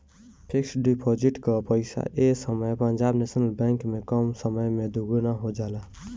fix deposit कअ पईसा ए समय पंजाब नेशनल बैंक में कम समय में दुगुना हो जाला